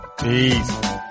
Peace